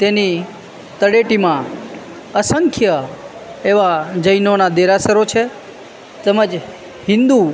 તેની તળેટીમાં અસંખ્ય એવા જૈનોનાં દેરાસરો છે તેમજ હિન્દુ